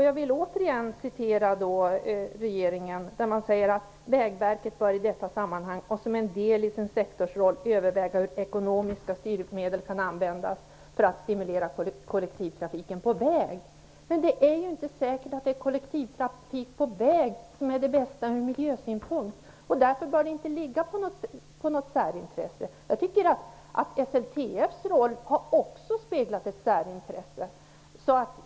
Jag vill återigen citera regeringen som säger: "Vägverket bör i detta sammanhang och som en del i sin sektorsroll överväga hur ekonomiska styrmedel kan användas" Men det är ju inte säkert att det är kollektivtrafik på väg som är det bästa ur miljösynpunkt. Därför bör inte detta ligga på något särintresse. Jag tycker att SLTF:s roll också har speglat ett särintresse.